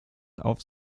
auf